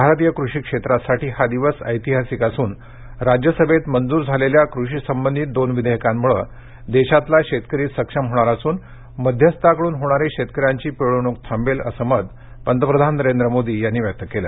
भारतीय कृषी क्षेत्रासाठी हा दिवस ऐतहासिक असून राज्यसभेत मंजूर झालेल्या कृषी सबंधित दोन विधेयकांमुळे देशातला शेतकरी सक्षम होणार असून मध्यस्थाकडून होणारी शेतकऱ्यांची पिळवणूक थांबेल असं मत पंतप्रधान नरेंद्र मोदी यांनी व्यक्त केलं